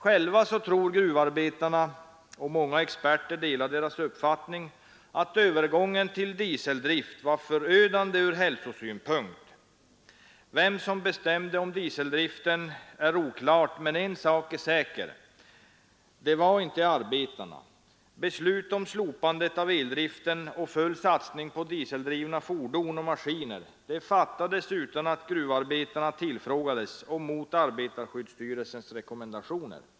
Själva tror gruvarbetarna, och många experter delar deras uppfattning, att övergången till dieseldrift var förödande ur hälsosynpunkt. Vem som bestämde om övergången till dieseldrift är oklart, men en sak är säker — det var inte arbetarna. Beslutet om slopande av eldriften och full satsning på dieseldrivna fordon och maskiner fattades utan att gruvarbetarna tillfrågades och mot arbetarskyddsstyrelsens rekommendationer.